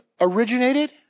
originated